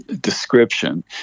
description